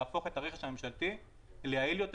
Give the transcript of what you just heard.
זה מבחינתנו מאבק יום יומי כדי להפוך את הרכש הממשלתי ליעיל יותר